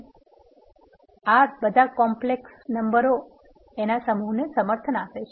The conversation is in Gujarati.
R બધા કોમ્પલેક્સ નંબર સમૂહને સમર્થન આપે છે